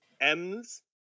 M's